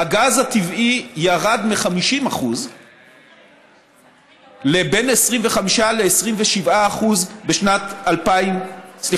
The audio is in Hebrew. הגז הטבעי ירד מ-50% לבין 25% ל-27% בשנת, הפחם.